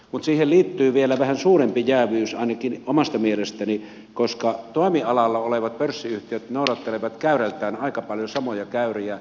mutta siihen liittyy vielä vähän suurempi jääviys ainakin omasta mielestäni koska toimialalla olevat pörssiyhtiöt noudattelevat käyrältään aika paljon samoja käyriä